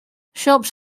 shops